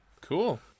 Cool